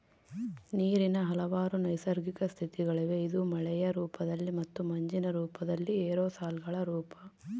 ನೀರಿನ ಹಲವಾರು ನೈಸರ್ಗಿಕ ಸ್ಥಿತಿಗಳಿವೆ ಇದು ಮಳೆಯ ರೂಪದಲ್ಲಿ ಮತ್ತು ಮಂಜಿನ ರೂಪದಲ್ಲಿ ಏರೋಸಾಲ್ಗಳ ರೂಪ